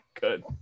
good